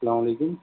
السلام علیکم